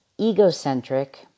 egocentric